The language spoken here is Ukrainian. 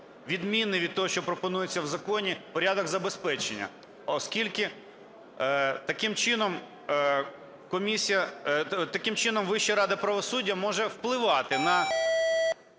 відміни від того, що пропонується в законі, порядок забезпечення. Оскільки таким чином Вища рада правосуддя може впливати на